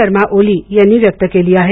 शर्मा ओली यांनी व्यक्त केली आहे